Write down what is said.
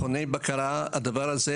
מכוני בקרה, הדבר הזה